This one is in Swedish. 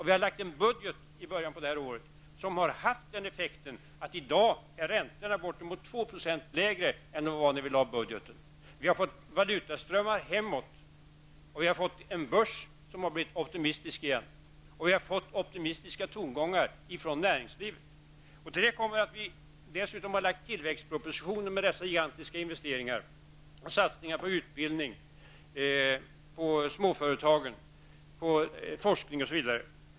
Vi har lagt fram en budget i början av året som har haft den effekten att räntorna i dag är bortemot 2 % lägre än när vi lade fram budgeten. Valutaströmmarna har också vänt hemåt, och börsen är optimistisk igen. Vi har även fått optimistiska tongångar från näringslivet. Till detta kommer att vi har lagt fram en tilläggsproposition med gigantiska investeringar som gäller satsningar på utbildning, på småföretagen, på forskning, osv.